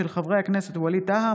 של חברי הכנסת ווליד טאהא,